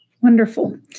Wonderful